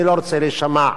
אני לא רוצה להישמע,